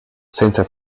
senza